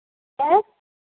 ഓ